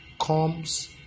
comes